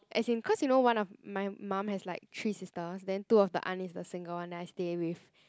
as in cause you know one of my mum has like three sisters then two of the aunt is the single one that I stay with